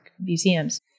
museums